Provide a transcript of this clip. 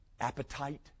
appetite